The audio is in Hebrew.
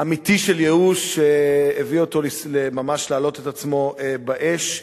אמיתי של ייאוש שהביא אותו להעלות את עצמו באש.